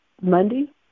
Monday